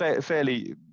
Fairly